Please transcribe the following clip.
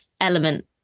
element